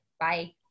Bye